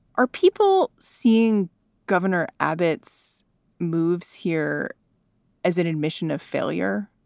are people seeing governor abbott's moves here as an admission of failure?